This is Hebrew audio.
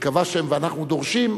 וכבשתם ואנחנו דורשים,